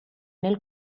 nel